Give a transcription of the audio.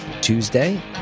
Tuesday